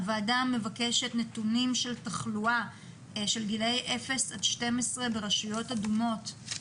הוועדה מבקשת נתונים של תחלואה של גילאי 12-0 ברשויות אדומות.